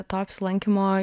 to apsilankymo